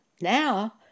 Now